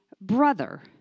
brother